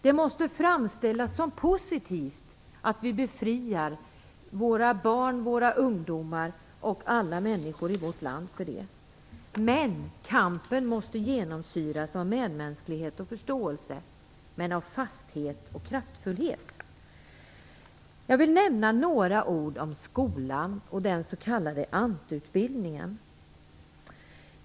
Det måste framställas som positivt att vi befriar våra barn, ungdomar och alla andra människor i vårt land från detta. Kampen måste genomsyras av medmänsklighet och förståelse men också av fasthet och kraftfullhet. Jag vill nämna några ord om skolan och den s.k. ANT-utbildningen.